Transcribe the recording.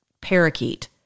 parakeet